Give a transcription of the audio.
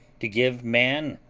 to give man,